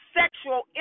sexual